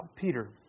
Peter